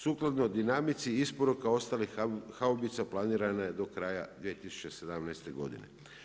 Sukladno dinamici isporuka ostalih haubica planirana je do kraja 2017. godine.